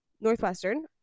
Northwestern